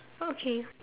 okay